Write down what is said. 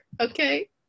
Okay